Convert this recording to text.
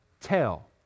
Tell